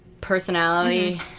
personality